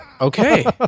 Okay